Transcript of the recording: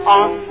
on